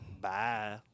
Bye